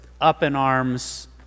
up-in-arms